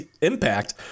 Impact